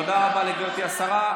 תודה רבה לגברתי השרה.